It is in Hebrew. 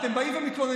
אתם באים ומתלוננים,